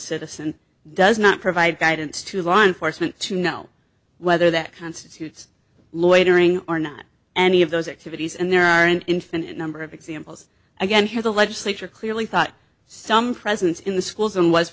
citizen does not provide guidance to law enforcement to know whether that constitutes loitering or not any of those activities and there are an infinite number of examples again where the legislature clearly thought some presence in the schools and was